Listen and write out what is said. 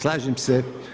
Slažem se.